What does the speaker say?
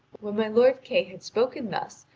when my lord kay had spoken thus,